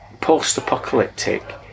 post-apocalyptic